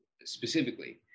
specifically